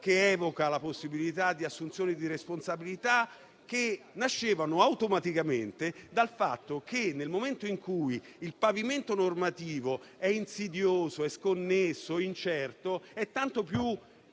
che evoca la possibilità di assunzioni di responsabilità che nascevano automaticamente dal fatto che, nel momento in cui il pavimento normativo è insidioso, sconnesso e incerto, è tanto più